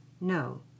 no